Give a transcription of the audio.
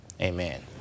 amen